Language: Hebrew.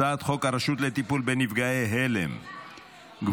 הצעת חוק הרשות לטיפול בנפגעי הלם קרב,